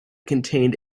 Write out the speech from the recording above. contained